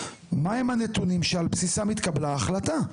מה הם הנתונים שעל בסיסם התקבלה ההחלטה?